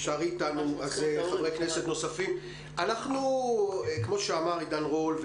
כמו שאמר חבר הכנסת עידן רול,